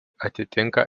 atitinka